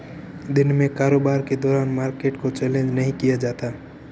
दिन में कारोबार के दौरान मार्केट को चैलेंज नहीं किया जाता